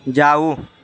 जाउ